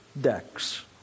decks